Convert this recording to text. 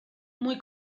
muy